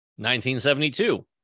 1972